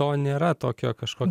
to nėra tokio kažko